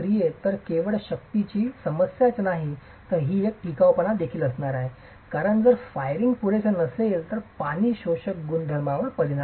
तर केवळ शक्तीची समस्याच नाही तर ती एक टिकाऊपणा देखील असणार आहे कारण जर फायरिंग पुरेसे नसेल तर पाणी शोषक गुणधर्मांवर परिणाम होतो